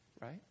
right